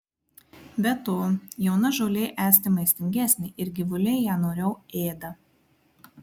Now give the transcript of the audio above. be to jauna žolė esti maistingesnė ir gyvuliai ją noriau ėda